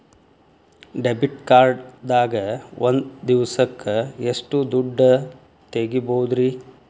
Debit card ದಾಗ ಒಂದ್ ದಿವಸಕ್ಕ ಎಷ್ಟು ದುಡ್ಡ ತೆಗಿಬಹುದ್ರಿ?